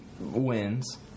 wins